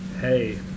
hey